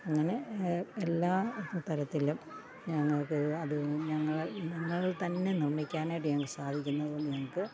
അങ്ങനെ എല്ലാ തരത്തിലും ഞങ്ങൾക്ക് അതു ഞങ്ങളാൽ ഞങ്ങൾത്തന്നെ നിർമ്മിക്കാനായിട്ട് ഞങ്ങൾക്ക് സാധിക്കുന്നതും ഞങ്ങൾക്ക്